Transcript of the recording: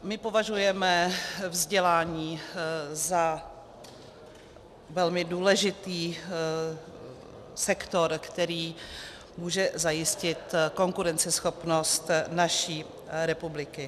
My považujeme vzdělání za velmi důležitý sektor, který může zajistit konkurenceschopnost naší republiky.